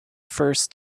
first